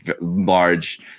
large